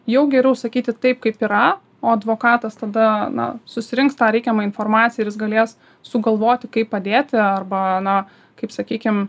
jau geriau sakyti taip kaip yra o advokatas tada na susirinks tą reikiamą informaciją ir jis galės sugalvoti kaip padėti arba na kaip sakykim